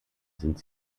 sind